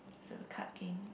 the card game